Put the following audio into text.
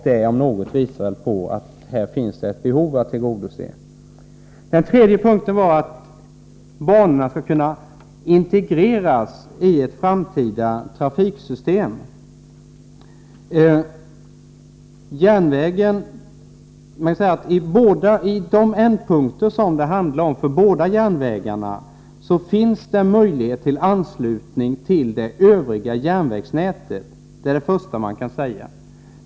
Det om något visar väl att här finns ett behov att tillgodose. Den fjärde punkten var att banorna skall kunna integreras i ett framtida trafiksystem. I de ändpunkter som det handlar om för båda järnvägarna finns det möjlighet till anslutning till det övriga järnvägsnätet. Det är det första man kan säga.